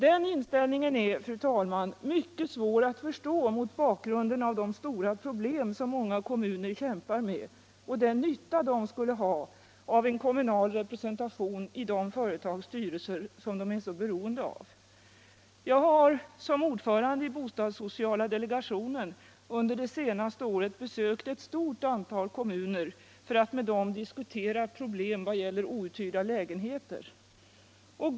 Den inställningen är, fru talman, mycket svår att förstå mot bakgrunden av de stora problem som många kommuner kämpar med och den nytta de skulle ha av en kommunal representation i de företags styrelser som de är så beronde av. Jag har som ordförande i bostadssociala delegationen under det senaste året besökt ett stort antal kommuner för att med dem diskutera problem i vad gäller outhyrda lägenheter.